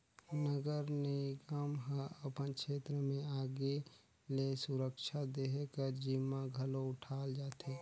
नगर निगम ह अपन छेत्र में आगी ले सुरक्छा देहे कर जिम्मा घलो उठाल जाथे